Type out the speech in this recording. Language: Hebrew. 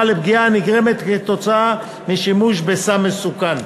לפגיעה הנגרמת כתוצאה משימוש בסם מסוכן.